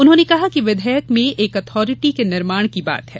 उन्होंने कहा कि विधेयक में एक ऑथारिटी के निर्माण की बात है